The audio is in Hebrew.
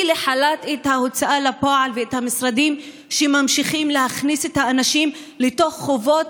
לחל"ת את ההוצאה לפועל ואת המשרדים שממשיכים להכניס את האנשים לחובות,